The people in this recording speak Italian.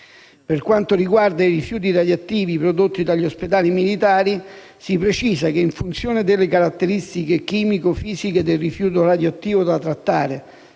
Per quanto riguarda i rifiuti radioattivi prodotti dagli ospedali militari, si precisa che, in funzione delle caratteristiche chimico-fisiche del rifiuto radioattivo da trattare